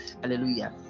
Hallelujah